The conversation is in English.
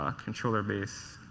ah controller base.